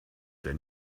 der